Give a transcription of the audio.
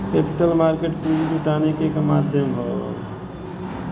capital market पूंजी जुटाने क एक माध्यम हौ